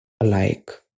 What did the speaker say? alike